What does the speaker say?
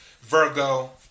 Virgo